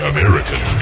American